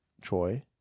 Troy